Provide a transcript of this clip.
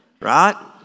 Right